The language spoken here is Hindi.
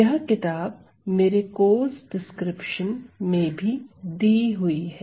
यह किताब मेरे कोर्स डिस्क्रिप्शन में भी दी हुई है